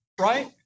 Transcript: right